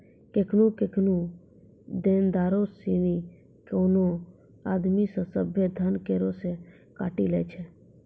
केखनु केखनु देनदारो सिनी कोनो आदमी के सभ्भे धन करो से काटी लै छै